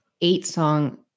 eight-song